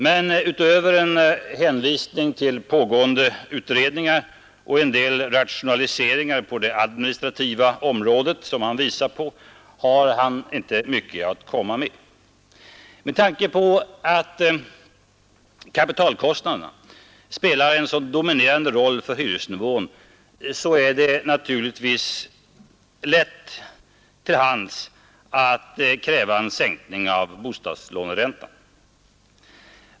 Men utöver en hänvisning till pågående utredningar och en del rationaliseringar på det administrativa området, som han visar på, har han inte mycket att komma med. Med tanke på att kapitalkostnaderna spelar en så dominerande roll för hyresnivån ligger det naturligtvis nära till hands att kräva en sänkning av bostadslåneräntan.